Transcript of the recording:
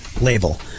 label